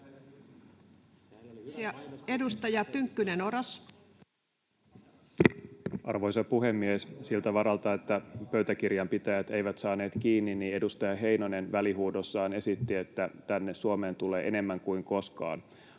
10:46 Content: Arvoisa puhemies! Siltä varalta, että pöytäkirjanpitäjät eivät saaneet kiinni, niin edustaja Heinonen välihuudossaan esitti, että tänne Suomeen tulee enemmän kuin koskaan